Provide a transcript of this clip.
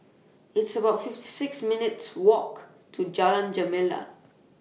It's about fifty six minutes' Walk to Jalan Gemala